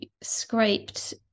scraped